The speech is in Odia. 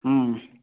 ହୁଁ